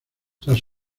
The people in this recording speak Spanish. tras